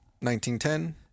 1910